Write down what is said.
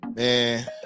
Man